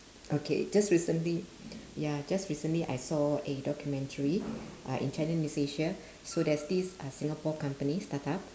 okay just recently ya just recently I saw a documentary uh in channel news asia so there's this uh singapore company startup